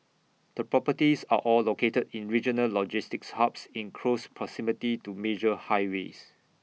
the properties are all located in regional logistics hubs in close proximity to major highways